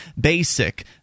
basic